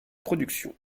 production